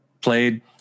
played